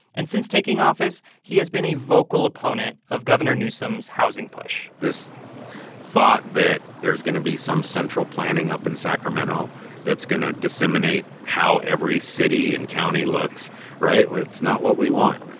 and since taking office, he has been a vocal opponent of governor newsom's housing push this thought that there is going to be some central planning up in sacramento that's going to disseminate how every city and county looks right? that's not what we want.